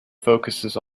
focuses